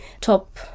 top